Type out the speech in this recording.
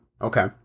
Okay